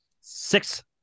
Six